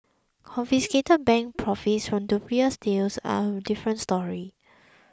confiscated bank profits from dubious deals are a different story